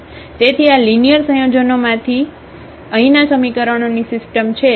તેથી આ લિનિયર સંયોજનોમાંથી અહીંના સમીકરણોની સિસ્ટમ છે તેમાંથી